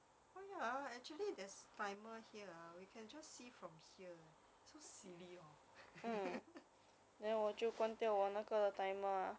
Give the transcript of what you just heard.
oh ya actually there's timer here can just see from here so silly hor